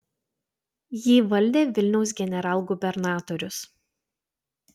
jį valdė vilniaus generalgubernatorius